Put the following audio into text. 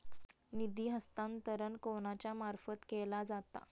निधी हस्तांतरण कोणाच्या मार्फत केला जाता?